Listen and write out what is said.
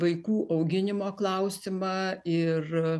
vaikų auginimo klausimą ir